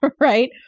right